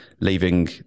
leaving